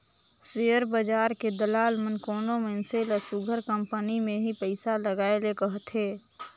share बजार के दलाल मन कोनो मइनसे ल सुग्घर कंपनी में ही पइसा लगाए ले कहथें